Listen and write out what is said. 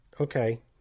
okay